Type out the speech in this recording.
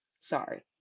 sorry